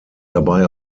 dabei